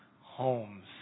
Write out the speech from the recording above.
homes